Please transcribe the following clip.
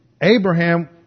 Abraham